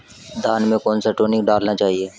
धान में कौन सा टॉनिक डालना चाहिए?